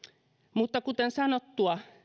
mutta kuten sanottua